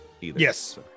Yes